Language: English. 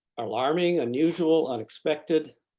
alarming, unusual, unexpected.